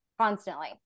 constantly